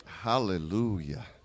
Hallelujah